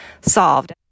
solved